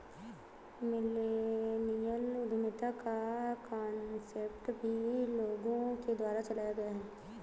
millennial उद्यमिता का concept भी लोगों के द्वारा चलाया गया है